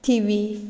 थिवी